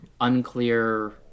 Unclear